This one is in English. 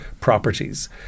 properties